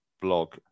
blog